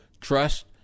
trust